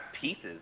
pieces